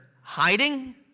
hiding